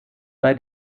bei